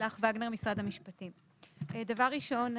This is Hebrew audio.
דבר ראשון,